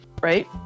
right